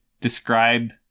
describe